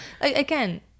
Again